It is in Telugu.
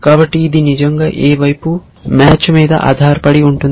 కాబట్టి ఇది నిజంగా ఏ వైపు మ్యాచ్ మీద ఆధారపడి ఉంటుంది